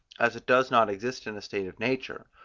as it does not exist in a state of nature,